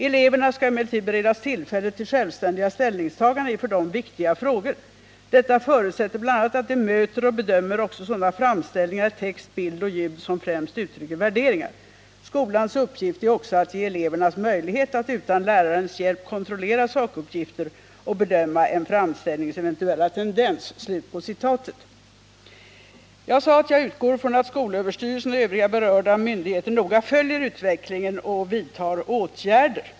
Eleverna skall emellertid beredas tillfälle till självständiga ställningstaganden i för dem viktiga frågor. Detta förutsätter bl.a. att de möter och bedömer också sådana framställningar i text, ljud och bild, som främst uttrycker värderingar. ——=- Skolans uppgift är också att ge eleverna möjlighet att utan lärarens hjälp kontrollera sakuppgifter och bedöma en framställnings eventuella tendens.” På den punkten kan jag helt stå bakom skolöverstyrelsens yttrande. Jag sade att jag utgår från att skolöverstyrelsen och övriga berörda myndigheter noga följer utvecklingen och vidtar åtgärder.